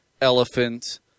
elephant